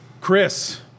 Chris